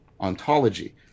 ontology